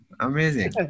Amazing